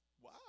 Wow